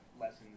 lessons